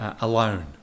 alone